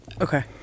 Okay